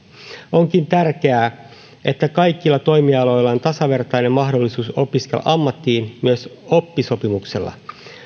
onkin tärkeää että kaikilla toimialoilla on tasavertainen mahdollisuus opiskella ammattiin myös oppisopimuksella